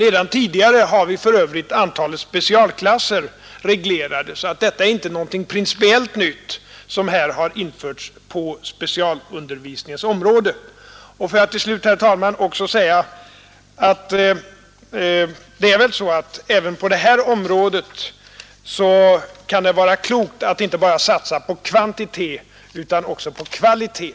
Redan tidigare har vi för övrigt reglerat antalet specialklasser, varför detta inte är någonting principiellt nytt som har införts på specialundervisningens område. Får jag till slut, herr talman, också säga att det väl även på detta område kan vara klokt att inte bara satsa på kvantitet utan också på kvalitet.